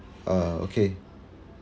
ah okay